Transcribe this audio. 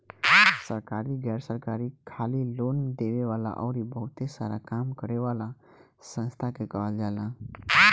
सरकारी, गैर सरकारी, खाली लोन देवे वाला अउरी बहुते सारा काम करे वाला संस्था के कहल जाला